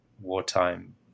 wartime